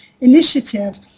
initiative